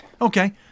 okay